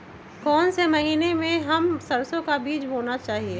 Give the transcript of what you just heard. कौन से महीने में हम सरसो का बीज बोना चाहिए?